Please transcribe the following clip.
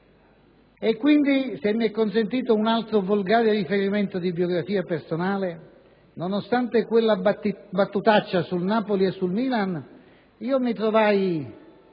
Quindi, se mi è consentito un altro volgare riferimento di biografia personale, nonostante quella battutaccia sul Napoli e sul Milan mi trovai